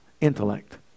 Intellect